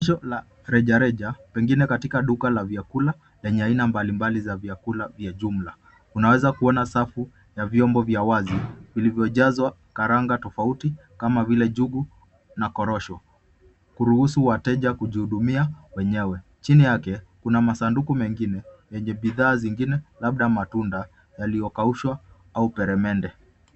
Pisho la rejareja pengine katika duka la vyakula yenye aina mbalimbali za vyakula vya jumla. Unaweza kuona safu ya vyombo vya wazi vilivyojazwa karanga tofauti kama vile njugu na korosho kuruhusu watu wateja kujihudumia wenyewe. Chini yake kuna masanduku mengine yenye bidhaa zingine labda matunda yaliyokaushwa au peremende.